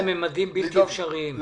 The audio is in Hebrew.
זה הגיע לממדים בלתי אפשריים.